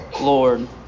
Lord